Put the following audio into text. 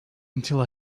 until